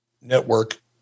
network